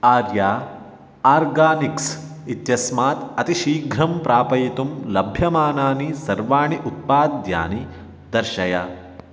आर्या organics इत्यस्मात् अतिशीघ्रं प्रापयितुं लभ्यमानानि सर्वाणि उत्पाद्यानि दर्शय